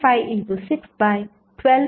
5 612 6 1